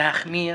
להחמיר